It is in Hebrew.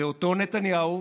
ממנו.